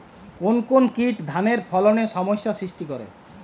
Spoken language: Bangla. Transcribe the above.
কোন কোন কীট ধানের ফলনে সমস্যা সৃষ্টি করে?